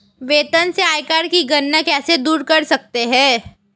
वेतन से आयकर की गणना कैसे दूर कर सकते है?